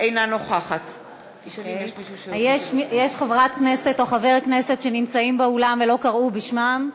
אינה נוכחת יש חברת כנסת או חבר כנסת שנמצאים באולם ולא קראו בשמם?